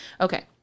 Okay